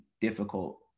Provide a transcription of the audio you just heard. difficult